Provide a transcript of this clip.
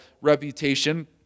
reputation